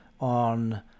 on